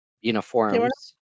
uniforms